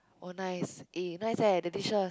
oh nice eh nice eh the dishes